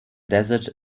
desert